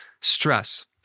stress